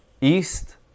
east